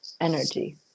energy